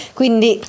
quindi